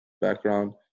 background